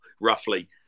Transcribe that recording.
roughly